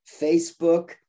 Facebook